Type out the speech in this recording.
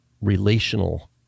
relational